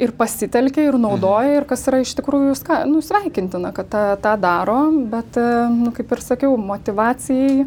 ir pasitelkia ir naudoja ir kas yra iš tikrųjų ska nu sveikintina kad ta tą daro bet kaip ir sakiau motyvacijai